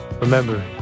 Remember